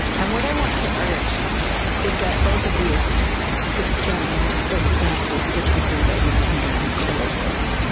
and what i want to urge is that both of you suspend those stances to the degree that you can, elizabeth,